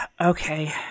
Okay